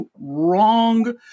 wrong